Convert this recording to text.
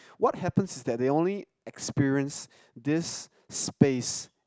what happens is that they only experience this space